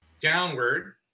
downward